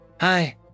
Hi